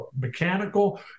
mechanical